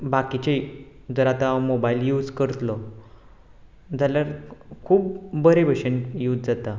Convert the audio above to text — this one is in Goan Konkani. बाकीचीं जर आतां मोबायल यूज करतलों जाल्यार खूब बरे भशेन यूज जाता